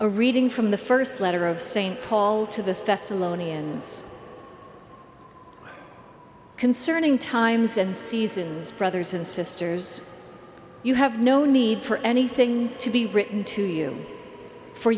a reading from the st letter of st paul to the thessalonians concerning times and seasons brothers and sisters you have no need for anything to be written to you for